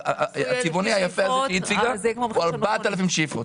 הצבעוני היפה הזה שהיא הציגה הוא 4,000 שאיפות.